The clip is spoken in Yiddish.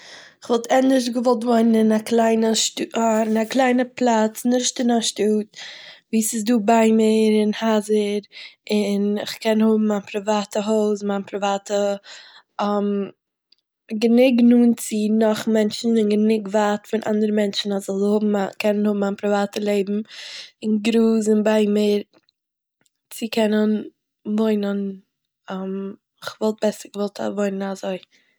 כ'וואלט ענדערש געוואלט וואוינען אין א קליינע שט- אין א קליינע פלאץ, נישט אין א שטאט, וואו ס'איז דא ביימער און הייזער און איך קען האבן א פריוואטע הויז, מיין פריוואטע, גענוג נאענט צו נאך מענטשן און גענוג ווייט פון אנדערע מענטשן אז איך זאל האבן- קענען האבן מיין פריוואטע לעבן, און גראז און ביימער צו קענען וואוינען, איך וואלט בעסער געוואלט וואוינען אזוי